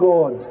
God